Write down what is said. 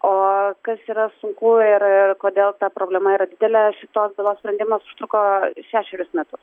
o kas yra sunku ir a kodėl ta problema yra didelė tos bylos sprendimas užtruko šešerius metus